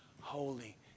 holy